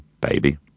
Baby